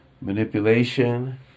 Manipulation